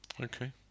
Okay